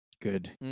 Good